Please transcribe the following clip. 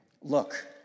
look